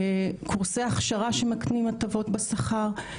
קורסי הכשרה שמקנים הטבות בשכר.